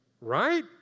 right